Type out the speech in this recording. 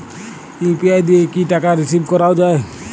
UPI দিয়ে কি টাকা রিসিভ করাও য়ায়?